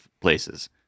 places